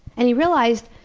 and he realized,